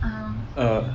err